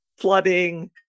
flooding